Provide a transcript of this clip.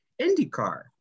IndyCar